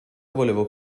volevo